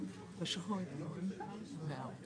אמר שאנחנו